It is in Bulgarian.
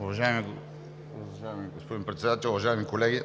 Уважаеми господин Председател, уважаеми колеги!